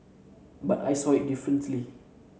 but I saw it differently